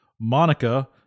Monica